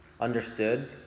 understood